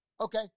Okay